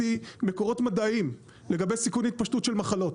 מקורות מדעיים לגבי סיכון התפשטות של מחלות,